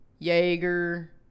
Jaeger